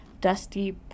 dusty